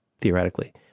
theoretically